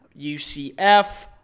UCF